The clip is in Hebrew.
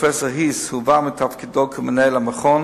פרופסור היס הועבר מתפקידו כמנהל המכון